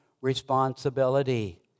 responsibility